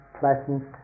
pleasant